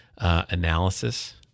Analysis